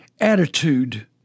attitude